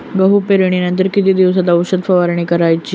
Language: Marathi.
गहू पेरणीनंतर किती दिवसात औषध फवारणी करावी?